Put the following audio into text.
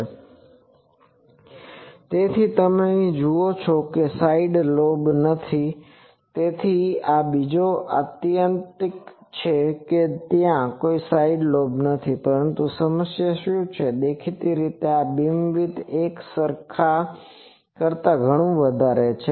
તેથી તમે અહીં જુઓ છો કે અહીં સાઈડ લૉબ નથી તેથી આ બીજો આત્યંતિક છે કે ત્યાં કોઈ સાઇડ લોબ્સ નથી પરંતુ સમસ્યા શું છે દેખીતી રીતે આ બીમવિડ્થ એકસરખા કરતાં ઘણું વધારે છે